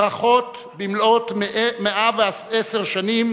ברכות במלאות 110 שנים